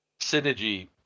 synergy